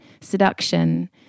seduction